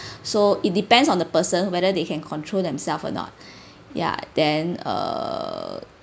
so it depends on the person whether they can control themselves or not yah then err